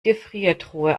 gefriertruhe